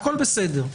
הכול בסדר.